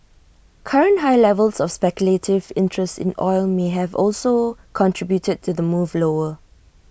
current high levels of speculative interest in oil may have also contributed to the move lower